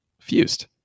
fused